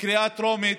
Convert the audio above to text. בקריאה טרומית,